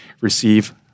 receive